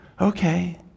okay